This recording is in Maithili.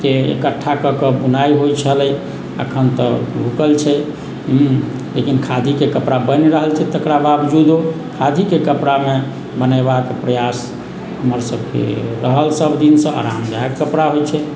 के इकठ्ठा कऽ कऽ बुनाइ होइत छलै एखन तऽ रूकल छै हम्म लेकिन खादीके कपड़ा बनि रहल छै तकरा बावजूदो खादीके कपड़ामे बनेबाक प्रयास हमरसभके रहल सभ दिनसँ आरामदायक कपड़ा होइत छै